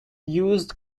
used